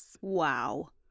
Wow